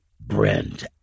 Brent